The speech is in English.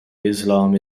islam